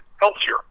healthier